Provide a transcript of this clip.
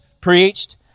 preached